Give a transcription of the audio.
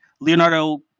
Leonardo